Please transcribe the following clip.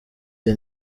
the